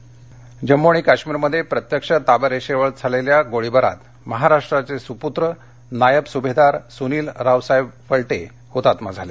शहीद जम्मू आणि काश्मीरमध्ये प्रत्यक्ष ताबारेषेजवळ झालेल्या गोळीबारात महाराष्ट्राचे सुपूत्र नायब सुभेदार सुनील रावसाहेब वल्टे हुतात्मा झाले